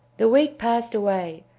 the week passed away,